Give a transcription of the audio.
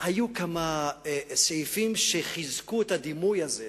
היו כמה סעיפים שחיזקו את הדימוי הזה,